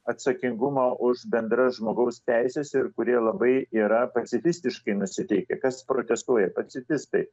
atsakingumą už bendras žmogaus teises ir kurie labai yra pacifistiškai nusiteikę kas protestuoja pacifistai